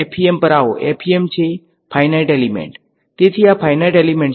વિદ્યાર્થી finite element finite element તેથી આ ફાઈનાઈટ એલીમેંટ છે